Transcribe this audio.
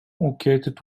located